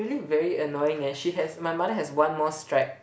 really very annoying eh she has my mother has one more strike